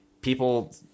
People